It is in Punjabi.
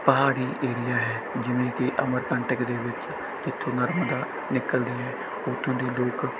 ਪਹਾੜੀ ਏਰੀਆ ਹੈ ਜਿਵੇਂ ਕਿ ਅਮਰ ਕੰਟਕ ਦੇ ਵਿੱਚ ਜਿੱਥੋਂ ਨਰਮਦਾ ਨਿਕਲਦੀ ਹੈ ਉੱਥੋਂ ਦੇ ਲੋਕ